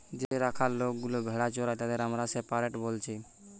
যে রাখাল লোকগুলা ভেড়া চোরাই তাদের আমরা শেপার্ড বলছি